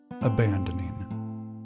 abandoning